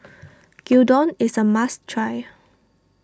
Gyudon is a must try